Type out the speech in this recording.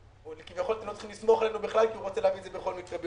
אתם לא צריכים לסמוך עלינו בכלל אם אתם רוצים להעביר את זה ביום שני.